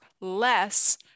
less